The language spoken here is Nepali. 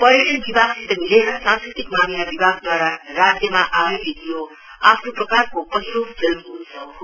पयर्टन विभागसित मिलेर सांस्कृति मामला विभाग दुवारा राज्यमा आयोजित यो आफ्नो प्रकारको पहिलो फिल्म उत्सव हो